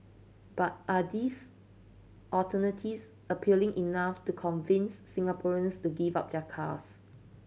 but are these alternatives appealing enough to convince Singaporeans to give up their cars